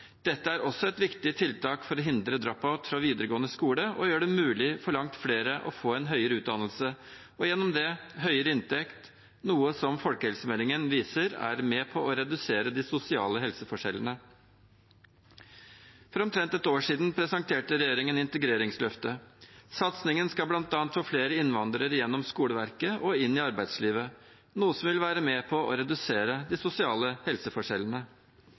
Dette er også et viktig tiltak for å hindre drop-out fra videregående skole og gjør det mulig for langt flere å få en høyere utdannelse og gjennom det høyere inntekt, noe som folkehelsemeldingen viser er med på å redusere de sosiale helseforskjellene. For omtrent et år siden presenterte regjeringen Integreringsløftet. Satsingen skal bl.a. få flere innvandrere gjennom skoleverket og inn i arbeidslivet, noe som vil være med på å redusere de sosiale helseforskjellene.